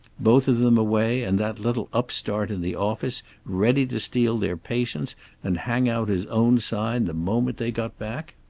both of them away, and that little upstart in the office ready to steal their patients and hang out his own sign the moment they got back!